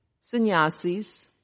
sannyasis